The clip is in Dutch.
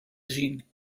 zien